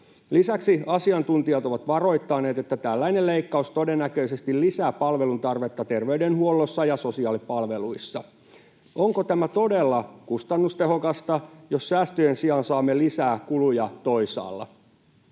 Lisäksi asiantuntijat ovat varoittaneet, että tällainen leikkaus todennäköisesti lisää palveluntarvetta terveydenhuollossa ja sosiaalipalveluissa. Onko tämä todella kustannustehokasta, jos säästöjen sijaan saamme lisää kuluja toisaalla?